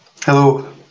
Hello